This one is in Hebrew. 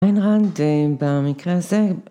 איין ראנד, במקרה הזה...